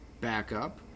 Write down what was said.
backup